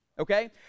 Okay